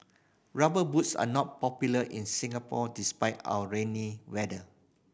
Rubber Boots are not popular in Singapore despite our rainy weather